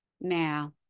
Now